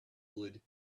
would